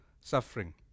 suffering